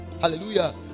Hallelujah